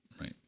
Right